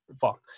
Fuck